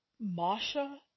Masha